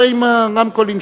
הרמקול.